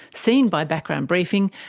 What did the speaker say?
seen by background briefing,